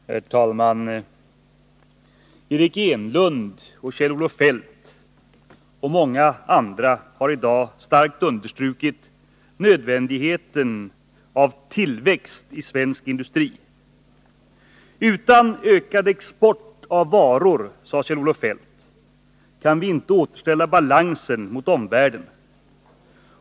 Herr talman! Eric Enlund och Kjell-Olof Feldt och många andra har i dag starkt understrukit nödvändigheten av tillväxt i svensk industri. Utan ökad export av varor, sade Kjell-Olof Feldt, kan vi inte återställa balansen mot omvärlden.